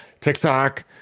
TikTok